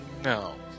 no